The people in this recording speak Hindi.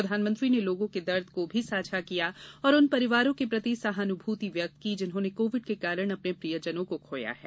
प्रधानमंत्री ने लोगों के दर्द को भी साझा किया और उन परिवारों के प्रति सहानुभूति व्यक्त की जिन्होंने कोविड के कारण अपने प्रियजनों को खोया है